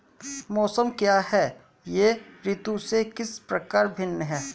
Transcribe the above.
मौसम क्या है यह ऋतु से किस प्रकार भिन्न है?